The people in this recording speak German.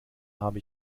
habe